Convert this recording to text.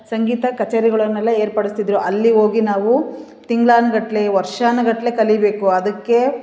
ಸಂಗೀತ ಕಛೇರಿಗಳನ್ನೆಲ್ಲ ಏರ್ಪಡಿಸ್ತಿದ್ದರು ಅಲ್ಲಿ ಹೋಗಿ ನಾವು ತಿಂಗ್ಳಾನು ಗಟ್ಟಲೇ ವರ್ಷಾನು ಗಟ್ಟಲೇ ಕಲಿಬೇಕು ಅದಕ್ಕೇ